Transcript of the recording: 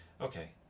Okay